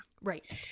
Right